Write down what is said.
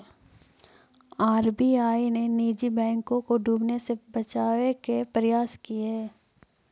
RBI ने निजी बैंकों को डूबने से बचावे के प्रयास किए